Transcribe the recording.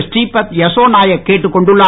ஸ்ரீபத் யசோ நாயக் கேட்டுக்கொண்டுள்ளார்